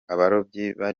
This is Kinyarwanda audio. baririmba